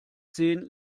zehn